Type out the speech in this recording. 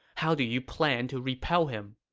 how do you plan to repel him?